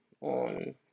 on